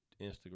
Instagram